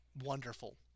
wonderful